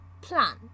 Plan